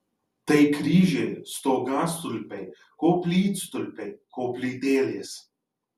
tai kryžiai stogastulpiai koplytstulpiai koplytėlės